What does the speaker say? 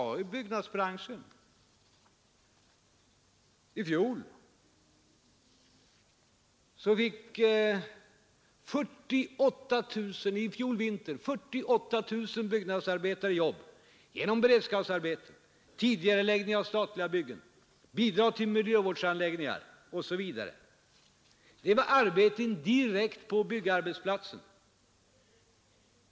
I fjol vinter fick 48 000 byggnadsarbetare jobb genom beredskapsarbeten, tidigareläggning av statliga byggen, bidrag till miljövårdsanläggningar osv. Det var arbeten direkt på byggarbetsplatsen.